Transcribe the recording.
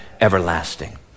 everlasting